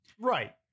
Right